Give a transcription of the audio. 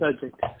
subject